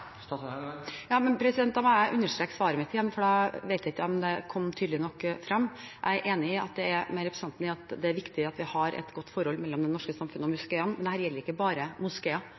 understreke svaret mitt igjen, for jeg vet ikke om det kom tydelig nok frem. Jeg er enig med representanten i at det er viktig at det er et godt forhold mellom det norske samfunnet og moskeene, men dette gjelder ikke bare